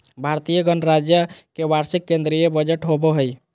भारतीय गणराज्य के वार्षिक केंद्रीय बजट होबो हइ